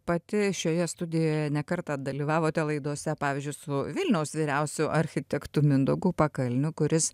pati šioje studijoje ne kartą dalyvavote laidose pavyzdžiui su vilniaus vyriausiu architektu mindaugu pakalniu kuris